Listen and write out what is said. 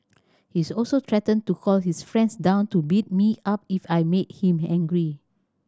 he's also threatened to call his friends down to beat me up if I made him angry